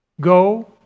Go